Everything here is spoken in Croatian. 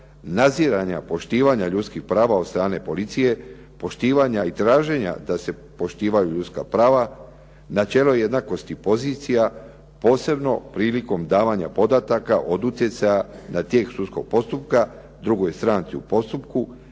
nadziranja poštivanja ljudskih prava od strane policije, poštivanja i traženja da se poštuju ljudska prava, načelo jednakosti pozicija, posebno prilikom davanja podataka od utjecaja na tijek sudskog postupka, drugoj stranci u postupku,